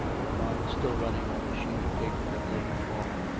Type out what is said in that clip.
her mind still running on the sheet of paper that lay before